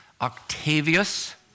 Octavius